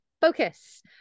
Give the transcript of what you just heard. focus